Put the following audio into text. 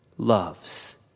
Loves